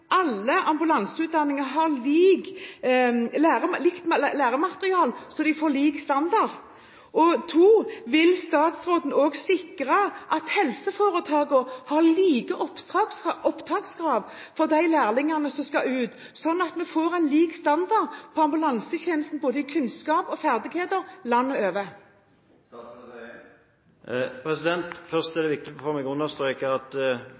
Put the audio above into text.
alle ambulanseutdanninger har likt læremateriell, slik at de får lik standard? Og spørsmål nummer to: Vil statsråden også sikre at helseforetakene har like opptakskrav for de lærlingene som skal ut, sånn at vi får en lik standard for ambulansetjenesten, både når det gjelder kunnskap og ferdigheter, landet over? Først er det viktig for meg å understreke at